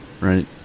right